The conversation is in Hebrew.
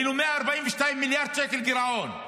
היינו עם 142 מיליארד שקל גירעון.